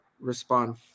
respond